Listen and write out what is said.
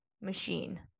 machine